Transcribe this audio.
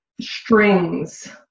strings